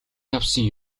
явсан